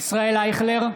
ישראל אייכלר,